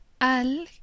Al